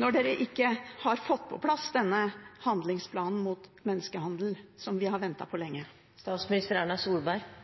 når dere ikke har fått på plass denne handlingsplanen mot menneskehandel, som vi har ventet på lenge?